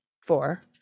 Four